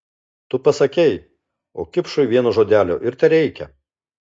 tu pasakei o kipšui vieno žodelio ir tereikia